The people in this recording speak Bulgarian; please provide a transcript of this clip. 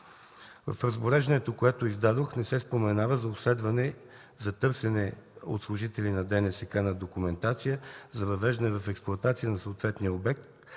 В разпореждането, което издадох, не се споменава за обследване, за търсене от служители на ДНСК на документация за въвеждане в експлоатация на съответния обект,